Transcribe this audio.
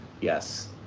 Yes